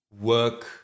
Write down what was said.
work